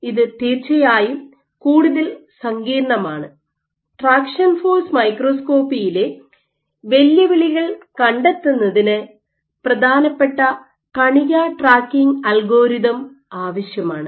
ഇത് തീർച്ചയായും കൂടുതൽ സങ്കീർണ്ണമാണ് ട്രാക്ഷൻ ഫോഴ്സ് മൈക്രോസ്കോപ്പിയിലെ വെല്ലുവിളികൾ കണ്ടെത്തുന്നതിന് പ്രധാനപ്പെട്ട കണികാ ട്രാക്കിംഗ് അൽഗോരിതം ആവശ്യമാണ്